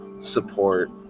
support